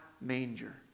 manger